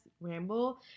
ramble